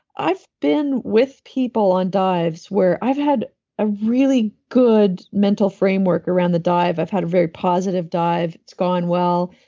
i've been with people on dives where i've had a really good mental framework around the dive. i've had a very positive dive. it's gone well.